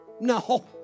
No